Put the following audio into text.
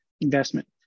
investment